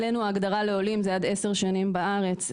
אצלנו ההגדרה לעולים זה עד 10 שנים בארץ,